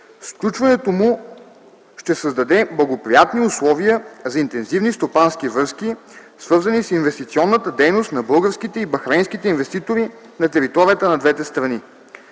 Сключването му ще създаде благоприятни условия за интензивни стопански връзки, свързани с инвестиционната дейност на българските и бахрейнските инвеститори на територията на двете страни.